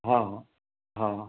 हां हां हां